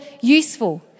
useful